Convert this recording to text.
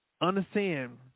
understand